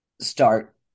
start